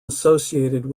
associated